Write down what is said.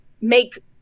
make